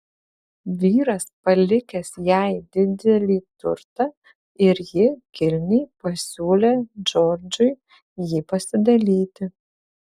vyras palikęs jai didelį turtą ir ji kilniai pasiūlė džordžui jį pasidalyti